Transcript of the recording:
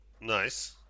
Nice